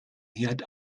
herd